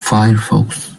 firefox